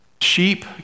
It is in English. sheep